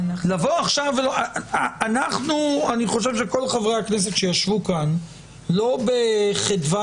אני חושב שכל חברי הכנסת שישבו כאן לא בחדווה